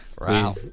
Wow